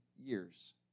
years